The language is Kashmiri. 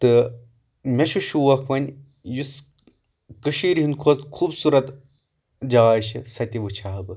تہٕ مےٚ چھُ شوق وۄنۍ یُس کٔشیٖر ہٕنٛدۍ کھۄتہٕ خوٗبصوٗرت جاے چھےٚ سۄ تہِ وُچھ ہا بہٕ